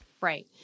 Right